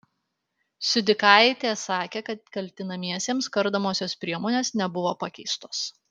siudikaitė sakė kad kaltinamiesiems kardomosios priemonės nebuvo pakeistos